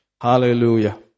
Hallelujah